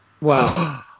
Wow